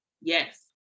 Yes